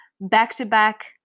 back-to-back